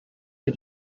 her